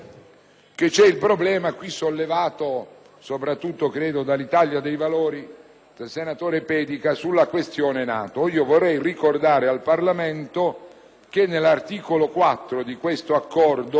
che c'è il problema, sollevato soprattutto dall'Italia dei Valori e dal senatore Pedica, della questione NATO. Vorrei ricordare al Parlamento che all'articolo 4 del Trattato,